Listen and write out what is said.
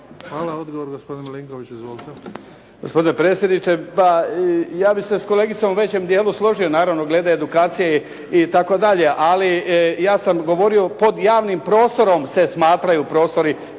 Hvala. Odgovor gospodin Milinković. Izvolite.